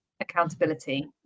accountability